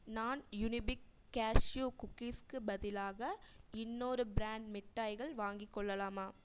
நான் Unibic cashew குக்கீஸுக்கு பதிலாக இன்னொரு பிராண்ட் மிட்டாய்கள் வாங்கிக் கொள்ளலாமா